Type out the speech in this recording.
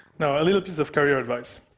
i mean piece of career advice.